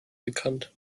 bekannt